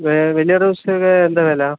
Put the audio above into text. വലിയ റോസിനൊക്കെ എന്താ വില